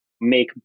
make